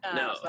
no